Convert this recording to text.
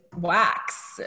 wax